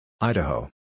Idaho